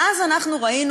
ואז אנחנו ראינו,